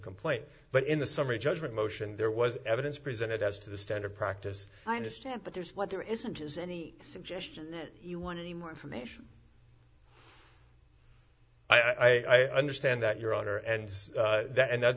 complaint but in the summary judgment motion there was evidence presented as to the standard practice i understand but there's what there isn't is any suggestion that you want any more information i understand that your honor ends that and that